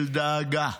של דאגה,